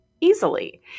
easily